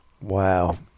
Wow